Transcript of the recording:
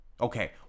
Okay